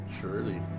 Surely